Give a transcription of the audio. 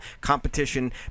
Competition